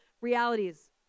realities